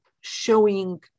showing